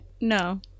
No